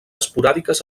esporàdiques